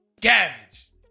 garbage